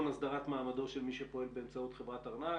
להסדרת מעמדו של מי שפועל באמצעות חברת ארנק,